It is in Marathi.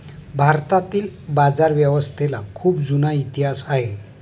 भारतातील बाजारव्यवस्थेला खूप जुना इतिहास आहे